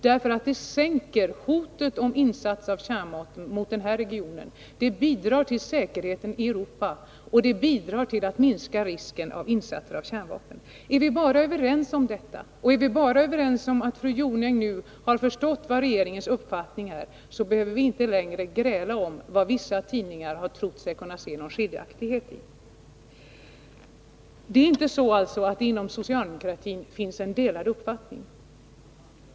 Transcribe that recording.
Det minskar nämligen hotet om insatser av kärnvapen mot den här regionen, det bidrar till säkerheten i Europa och till att minska risken för insatser av kärnvapen. Om vi bara är överens om detta och om fru Jonäng nu förstått vilken regeringens uppfattning är, behöver vi inte längre gräla om vad vissa tidningar har trott sig kunna se i fråga om skiljaktigheter. Det är alltså inte så att det inom socialdemokratin finns delade uppfattningar i denna fråga.